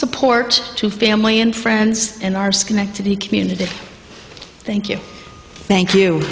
support to family and friends in our schenectady community thank you thank you